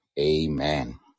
amen